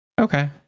okay